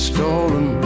Stolen